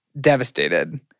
devastated